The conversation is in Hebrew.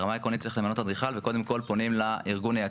ברמה עקרונית צריך למנות אדריכל וקודם